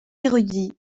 érudit